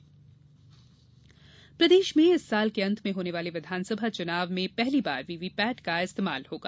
जागरूकता वैन प्रदेश में इस साल के अंत में होने वाले विधानसभा चुनाव में पहली बार वीवीपैट का इस्तेमाल होगा